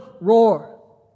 roar